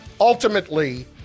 Ultimately